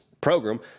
program